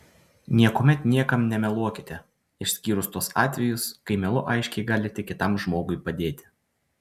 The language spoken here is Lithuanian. niekuomet niekam nemeluokite išskyrus tuos atvejus kai melu aiškiai galite kitam žmogui padėti